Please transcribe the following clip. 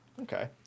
Okay